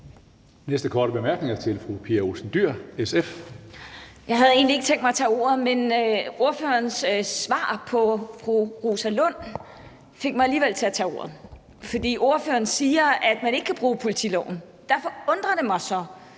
Olsen Dyhr, SF. Kl. 19:25 Pia Olsen Dyhr (SF): Jeg havde egentlig ikke tænkt mig at tage ordet, men ordførerens svar på fru Rosa Lunds spørgsmål fik mig alligevel til det. For ordføreren siger, at man ikke kan bruge politiloven. Derfor undrer det mig så,